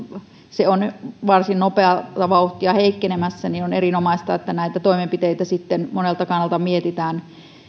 se on varsin nopeaa vauhtia heikkenemässä niin on erinomaista että näitä toimenpiteitä sitten monelta kannalta mietitään